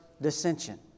dissension